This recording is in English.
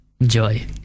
Enjoy